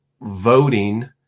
voting